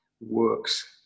works